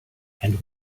and